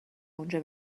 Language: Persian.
اونجا